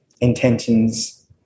intentions